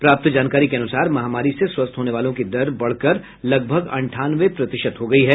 प्राप्त जानकारी के अनुसार महामारी से स्वस्थ होने वालों की दर बढ़कर लगभग अंठानवे प्रतिशत हो गयी है